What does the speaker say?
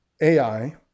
AI